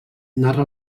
narra